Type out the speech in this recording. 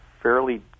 fairly